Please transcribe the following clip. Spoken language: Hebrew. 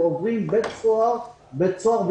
ועוברים בית סוהר בית סוהר,